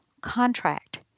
contract